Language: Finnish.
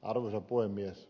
arvoisa puhemies